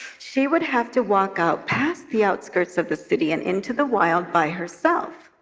she would have to walk out, past the outskirts of the city, and into the wild by herself,